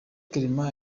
clement